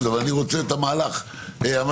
אבל אני רוצה את המהלך המלא.